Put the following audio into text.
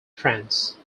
france